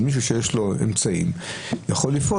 אז מי שיש לו אמצעים יכול לפעול.